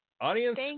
Audience